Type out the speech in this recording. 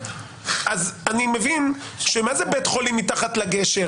אז אני מבין שמה זה בית חולים מתחת לגשר?